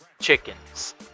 chickens